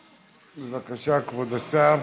בבקשה, כבוד השר.